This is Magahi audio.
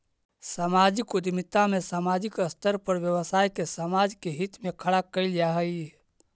सामाजिक उद्यमिता में सामाजिक स्तर पर व्यवसाय के समाज के हित में खड़ा कईल जा हई